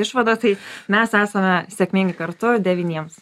išvada tai mes esame sėkmingi kartu devyniems